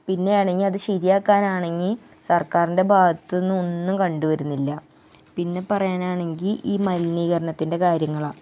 പിന്നെയാണെങ്കിൽ അത് ശരിയാക്കാനാണെങ്കിൽ സര്ക്കാരിന്റെ ഭാഗത്ത് നിന്ന് ഒന്നും കണ്ട് വരുന്നില്ല പിന്നെ പറയാനാണെങ്കിൽ ഈ മലിനീകരണത്തിന്റെ കാര്യങ്ങളാണ്